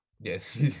Yes